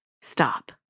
Stop